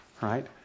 Right